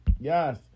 Yes